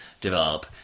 develop